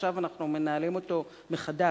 עכשיו אנחנו מנהלים אותו מחדש,